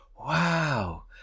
wow